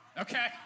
Okay